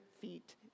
feet